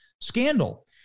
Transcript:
scandal